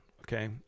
Okay